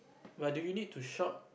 but do you need to shout